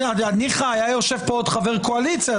ניחא היה יושב פה עוד חבר קואליציה,